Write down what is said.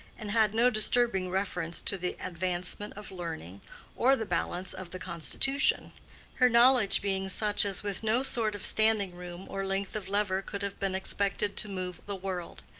and had no disturbing reference to the advancement of learning or the balance of the constitution her knowledge being such as with no sort of standing-room or length of lever could have been expected to move the world.